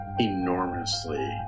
enormously